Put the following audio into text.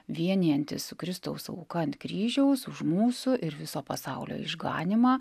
vienijantis su kristaus auka ant kryžiaus už mūsų ir viso pasaulio išganymą